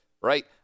Right